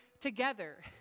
together